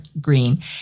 green